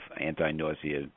anti-nausea